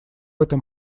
этом